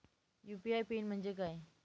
UPI pin म्हणजे काय?